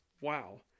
Wow